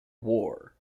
war